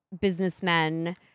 businessmen